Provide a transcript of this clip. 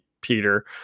Peter